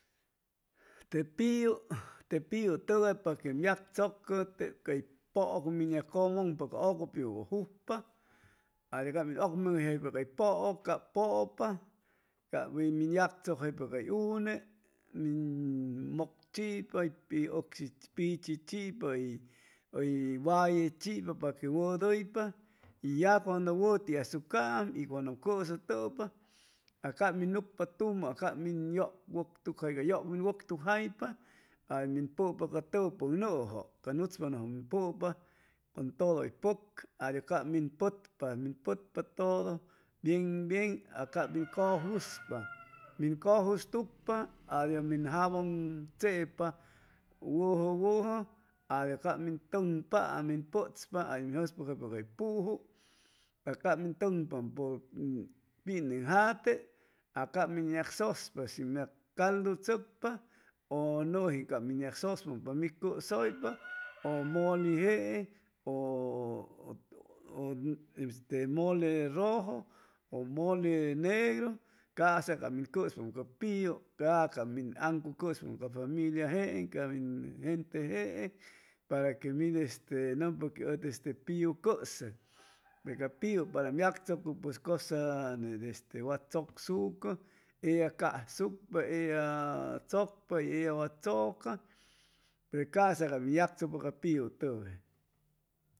Te piu te piu tʉgay paque ʉm yagchʉcʉ tep cay pʉʉc ʉm yagcʉmʉŋpa ca ʉcʉ piu cap jujpa adios cap ʉm ʉgnugʉyjaypa cay pʉʉk cap pʉpa cay min yagchʉcjaypacay une min mʉk chipa ʉcshi, pichi chipa hʉy waye chipa paque wʉdʉypa y ya cuando wʉti asucaam y cuando ʉm cʉsʉtʉpa a cap min nucpa tumʉ a cap min yʉg wʉctuc cay yʉg min wʉctucjaypa ca min pʉpa ca tʉʉpʉcnʉjʉ ca nuchpa nʉjʉ ʉm pʉpa cʉn todo hʉy pʉc adios cap min pʉtpa min pʉtpa todo bien bien a cap min cʉjuspa adios min cʉjustucpa adios min jabon chepa wʉjʉ wʉjʉ adios cap min tʉŋpaam a min pʉtzpa a min jʉspʉcjaypa cay puju a cap min tʉŋpapʉ pineŋjate a cap min yag sʉspa shim yag caldu chʉcpa ʉ nʉjim cap min yagsʉspa pa mi cʉsʉypa ʉ moli jeeŋ ʉ este mole rʉjo ʉ mole negru ca'sa cap min cʉspaam ca piu ca ca min aŋcuc cʉspam ca familia jeeŋ ca min gente jeeŋ para que mid este nʉmpa que ʉd este piu cʉsʉ pe ca piu para quem yagchʉcʉ pues cʉsa net wa chʉcsucʉ ella casucpa ella chʉcpa y ella wa chʉca pe ca'sa cap min yagchʉcpa ca piutʉgay